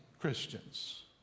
Christians